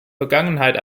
vergangenheit